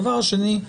הדבר שני,